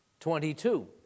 22